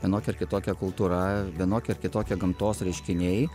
vienokia ar kitokia kultūra vienokie ar kitokie gamtos reiškiniai